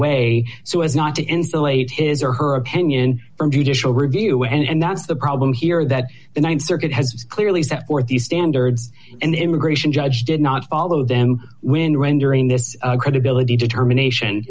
way so as not to insulate his or her opinion from judicial review and that's the problem here that the th circuit has clearly set forth the standards and immigration judge did not follow them when rendering this credibility determination